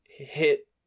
hit